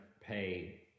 pay